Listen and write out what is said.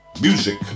Music